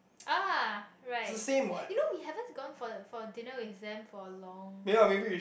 ah right you know we haven't gone for a for a dinner with them for a long time